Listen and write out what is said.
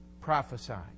prophesied